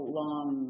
long